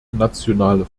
nationale